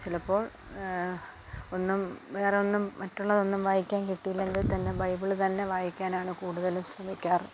ചിലപ്പോൾ ഒന്നും വേറൊന്നും മറ്റുള്ളതൊന്നും വായിക്കാൻ കിട്ടിയില്ലെങ്കിൽ തന്നെ ബൈബിൾ തന്നെ വായിക്കാനാണ് കൂടുതലും ശ്രമിക്കാറ്